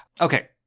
Okay